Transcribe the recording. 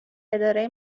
اداره